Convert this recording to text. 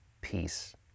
peace